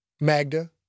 Magda